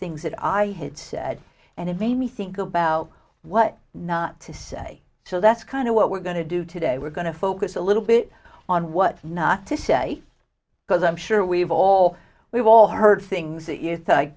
things that i had said and it made me think about what not to say so that's kind of what we're going to do today we're going to focus a little bit on what not to say because i'm sure we've all we've all heard things that you